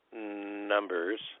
numbers